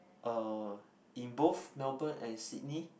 (uh)in both Melbourne and Sydney